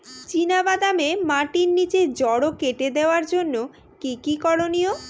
চিনা বাদামে মাটির নিচে জড় কেটে দেওয়ার জন্য কি কী করনীয়?